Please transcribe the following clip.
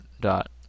dot